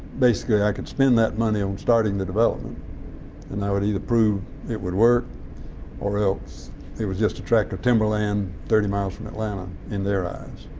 basically, i could spend that money on starting the development and i would either prove it would work or else it was just a tract of timberland thirty miles from atlanta in their eyes.